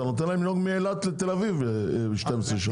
אתה נותן להם לנהוג מאילת לתל אביב ב-12 שעות.